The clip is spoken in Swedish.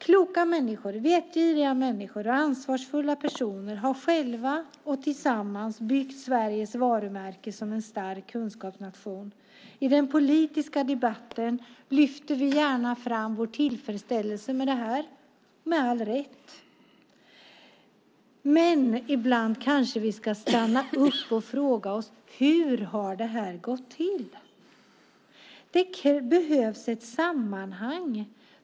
Kloka människor, vetgiriga människor och ansvarsfulla personer har själva och tillsammans byggt Sveriges varumärke som stark kunskapsnation. I den politiska debatten lyfter vi med all rätt gärna fram vår tillfredsställelse med det. Ibland kanske vi ska stanna upp och fråga oss hur det har gått till. Det behövs ett sammanhang.